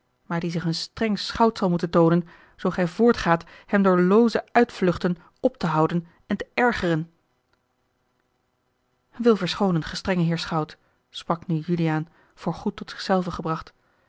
maar die zich een streng schout zal moeten toonen zoo gij voortgaat hem door looze uitvluchten op te houden en te ergeren wil verschoonen gestrenge heer schout sprak nu juliaan voor goed tot zich zelven gebracht